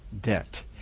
debt